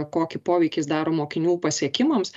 kokį poveikį jis daro mokinių pasiekimams